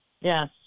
Yes